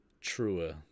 truer